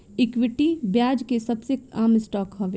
equity, ब्याज के सबसे आम स्टॉक हवे